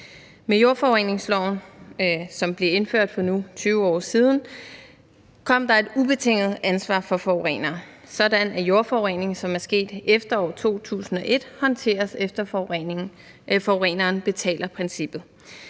Med jordforureningsloven, som blev indført for nu 20 år siden, kom der et ubetinget ansvar for forurener, sådan at jordforurening, som er sket efter 2001, håndteres efter forureneren betaler-princippet.